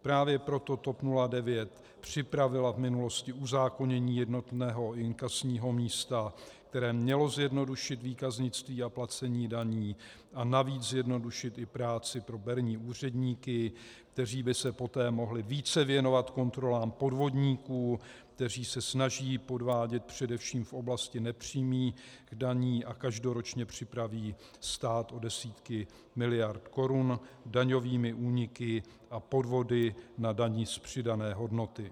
Právě proto TOP 09 připravila v minulosti uzákonění jednotného inkasního místa, které mělo zjednodušit výkaznictví a placení daní a navíc zjednodušit i práci pro berní úředníky, kteří by se poté mohli více věnovat kontrolám podvodníků, kteří se snaží podvádět především v oblasti nepřímých daní a každoročně připraví stát o desítky miliard korun daňovými úniky a podvody na dani z přidané hodnoty.